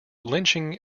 lynching